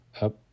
up